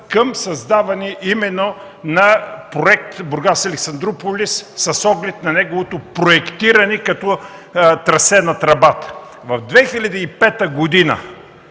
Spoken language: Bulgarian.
към създаване именно на проекта „Бургас – Александруполис” с оглед на неговото проектиране като трасе на тръбата. В 2005 г.,